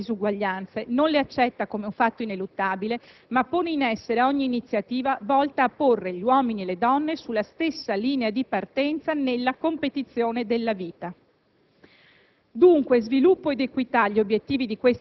uguali. Una politica riformista, infatti, non si arrende alle diseguaglianze, non le accetta come un fatto ineluttabile, ma pone in essere ogni iniziativa volta a porre gli uomini e le donne sulla stessa linea di partenza nella competizione della vita.